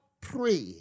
pray